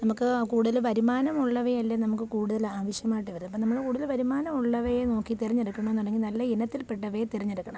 നമുക്ക് കൂടുതൽ വരുമാനമുള്ളവയല്ലേ നമുക്ക് കൂടുതൽ ആവശ്യമായിട്ടു വരിക അപ്പം നമ്മൾ കൂടുതൽ വരുമാനമുള്ളവയെ നോക്കി തിരഞ്ഞെടുക്കണമെന്നുങ്കിൽ നല്ല ഇനത്തിൽ പെട്ടവയെ തിരഞ്ഞെടുക്കണം